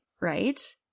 Right